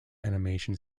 animation